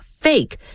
fake